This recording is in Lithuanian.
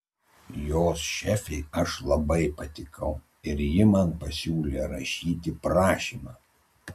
jos šefei aš labai patikau ir ji man pasiūlė rašyti prašymą